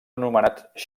anomenats